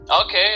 Okay